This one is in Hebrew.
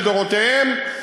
לדורותיהם,